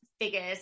figures